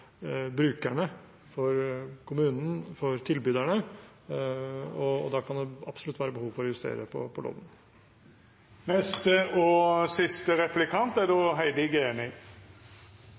brukerne, for kommunen og for tilbyderne, og da kan det absolutt være behov for å justere loven. Regjeringspartiene vil ikke gå inn på dette med gategrunnsleie. Kan statsråden si lite grann om hva som er